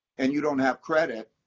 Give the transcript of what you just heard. and you don't have credit,